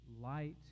Light